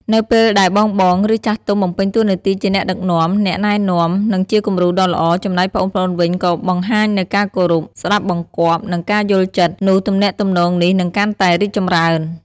នៅពេលដែលបងៗ ឬចាស់ទុំបំពេញតួនាទីជាអ្នកដឹកនាំ អ្នកណែនាំ និងជាគំរូដ៏ល្អ ចំណែកប្អូនៗវិញក៏បង្ហាញនូវការគោរព ស្ដាប់បង្គាប់ និងការយល់ចិត្ត នោះទំនាក់ទំនងនេះនឹងកាន់តែរីកចម្រើន។